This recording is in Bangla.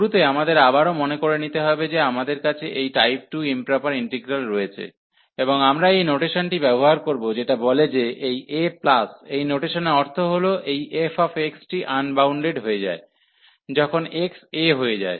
শুরুতে আমাদের আবারও মনে করে নিতে হবে যে আমাদের কাছে এই টাইপ 2 ইম্প্রপার ইন্টিগ্রাল রয়েছে এবং আমরা এই নোটেশনটি ব্যবহার করব যেটা বলে যে এই a এই নোটেশনের অর্থ হল এই f টি আনবাউন্ডেড হয়ে যায় যখন x a হয়ে যায়